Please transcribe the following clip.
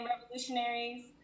revolutionaries